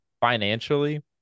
financially